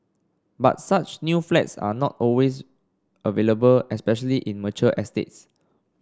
but such new flats are not always available especially in mature estates